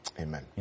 Amen